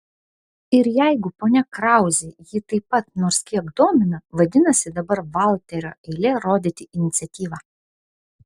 ir jeigu ponia krauzė jį taip pat nors kiek domina vadinasi dabar valterio eilė rodyti iniciatyvą